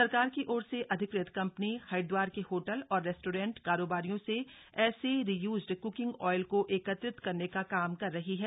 सरकार की ओर से अधिकृत कंपनी हरिद्वार के होटल और रेस्टोरेंट कारोबारियों से ऐसे रिय्ज्ड ककिंग आयल को एकत्रित करने का काम कर रही है